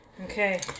Okay